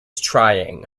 trying